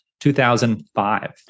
2005